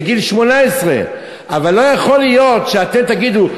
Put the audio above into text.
מגיל 18. אבל לא יכול להיות שאתם תגידו,